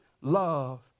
love